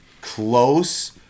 close